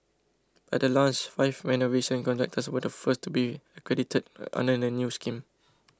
at the launch five renovation contractors were the first to be accredited under the new scheme